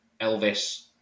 Elvis